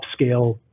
upscale